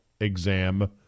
exam